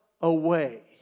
away